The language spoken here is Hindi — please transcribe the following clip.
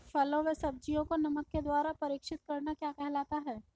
फलों व सब्जियों को नमक के द्वारा परीक्षित करना क्या कहलाता है?